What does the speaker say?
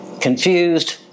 confused